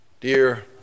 Dear